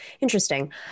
Interesting